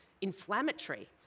inflammatory